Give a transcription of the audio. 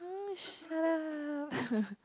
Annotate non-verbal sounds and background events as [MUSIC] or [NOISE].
um shut up [LAUGHS]